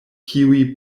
kiuj